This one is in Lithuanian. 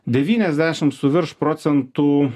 devyniasdešimt su virš procentų